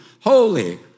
holy